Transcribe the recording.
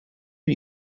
are